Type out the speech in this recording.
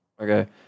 Okay